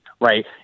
right